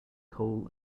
coal